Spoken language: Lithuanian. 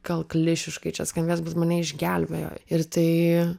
gal klišiškai čia skambės bet mane išgelbėjo ir tai